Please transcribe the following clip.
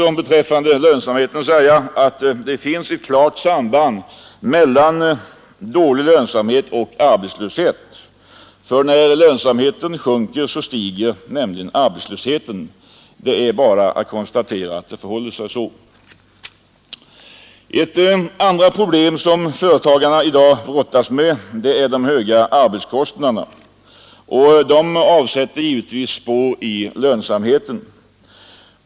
Det finns ett klart samband mellan dålig lönsamhet och arbetslöshet. När lönsamheten sjunker, så stiger arbetslösheten. Det är bara att konstatera att det förhåller sig så. Ett annat problem som företagarna i dag brottas med är de höga arbetskostnaderna, som givetvis sätter spår i lönsamheten.